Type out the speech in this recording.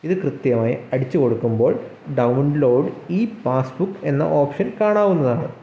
ഇത് കൃത്യമായി അടിച്ചുകൊടുക്കുമ്പോൾ ഡൗൺലോഡ് ഇ പാസ്സ്ബുക്ക് എന്ന ഓപ്ഷൻ കാണാവുന്നതാണ്